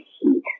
heat